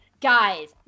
guys